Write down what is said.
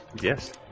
Yes